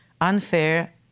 unfair